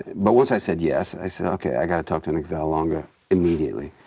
but once i said yes, i said okay, i got to talk to nick vallelonga immediately.